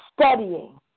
studying